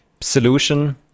solution